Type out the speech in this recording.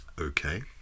Okay